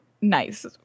nice